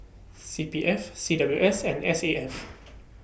C P F C W S and S A F